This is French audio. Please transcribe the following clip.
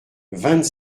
vingt